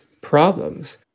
problems